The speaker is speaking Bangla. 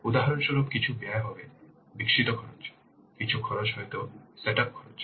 উদাহরণস্বরূপ কিছু ব্যয় হবে বিকশিত খরচ কিছু খরচ হয়তো সেটআপ খরচ